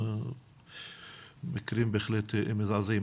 מקרים בהחלט מזעזעים.